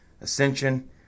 ascension